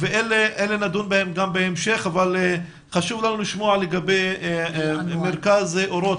בזה נדון גם בהמשך אבל חשוב לנו לשמוע לגבי מרכז אורות,